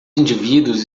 indivíduos